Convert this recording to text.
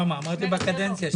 בקדנציה שלי.